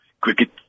Cricket